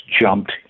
jumped